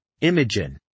Imogen